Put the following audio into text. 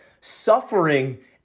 Suffering